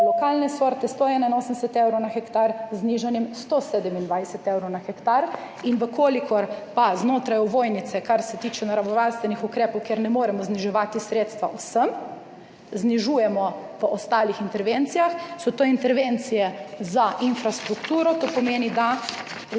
lokalne sorte 181 evrov na hektar z znižanjem 127 evrov na hektar. Če pa znotraj ovojnice, kar se tiče naravovarstvenih ukrepov, ker ne moremo zniževati sredstev vsem, znižujemo v ostalih intervencijah, so to intervencije za infrastrukturo. To pomeni, da